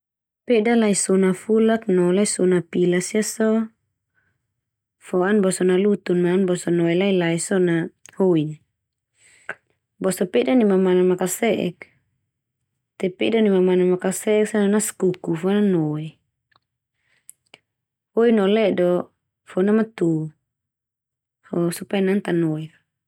Peda laisona fulak no laisona pilas ia so, fo an boso nalutun ma an boso noe lai-lai so na, hoin. Boso pedan nai mamana makase'ek! Te pedan nai mamana makase'ek so na naskuku fo ana noe. Hoin no ledo fo namatu fo supaya na an ta noe.